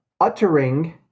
uttering